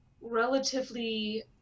relatively